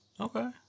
Okay